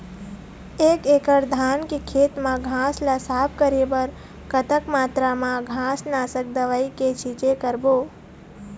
एक एकड़ धान के खेत मा घास ला साफ करे बर कतक मात्रा मा घास नासक दवई के छींचे करबो?